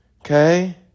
Okay